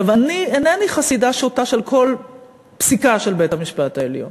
אני אינני חסידה שוטה של כל פסיקה של בית-המשפט העליון,